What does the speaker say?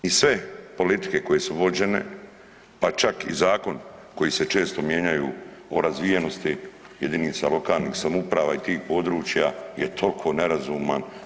I sve politike koje su vođene, pa čak i zakon koji se često mijenjaju o razvijenosti jedinica lokalnih samouprava i tih područja je toliko nerazuman.